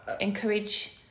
encourage